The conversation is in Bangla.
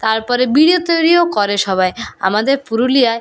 তারপরে বিড়িও তৈরিও করে সবাই আমাদের পুরুলিয়ায়